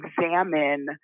examine